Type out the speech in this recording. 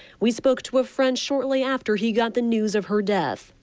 we spoke to a friend shortly after he got the news of her death.